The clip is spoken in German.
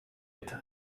mit